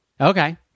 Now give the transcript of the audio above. Okay